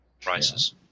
prices